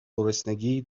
گرسنگی